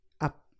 up